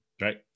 right